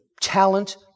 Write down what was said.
talent